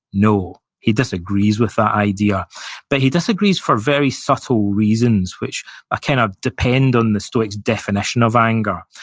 no. he disagrees with that idea but he disagrees for very subtle reasons, which ah kind of depend on the stoics' definition of anger.